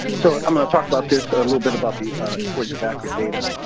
so, i'm gonna talk about this a little bit about the importance of accurate data.